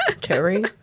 Terry